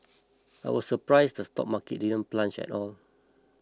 I was surprised the stock market plunge at all